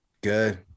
Good